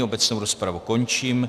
Obecnou rozpravu končím.